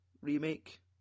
remake